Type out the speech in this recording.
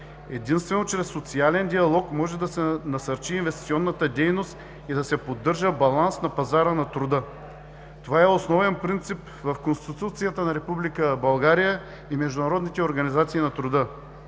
Единствено чрез социален диалог може да се насърчи инвестиционната дейност и да се поддържа баланс на пазара на труда. Това е основен принцип в Конституцията на Република България и международните организации на труда.